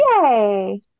Yay